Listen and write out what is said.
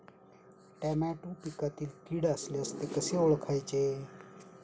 Tomato पिकातील कीड असल्यास ते कसे ओळखायचे?